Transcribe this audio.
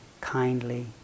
kindly